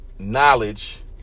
Knowledge